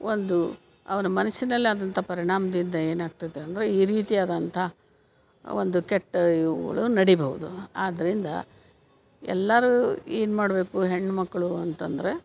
ಒಂದು ಅವನ ಮನಸ್ಸಿನಲ್ಲಿ ಆದಂಥ ಪರಿಣಾಮದಿಂದ ಏನಾಗ್ತದೆ ಅಂದರೆ ಈ ರೀತಿಯಾದಂಥ ಒಂದು ಕೆಟ್ಟ ಇವುಗಳು ನಡಿಬೌದು ಆದ್ದರಿಂದ ಎಲ್ಲರೂ ಏನು ಮಾಡಬೇಕು ಹೆಣ್ಣು ಮಕ್ಕಳು ಅಂತ ಅಂದ್ರೆ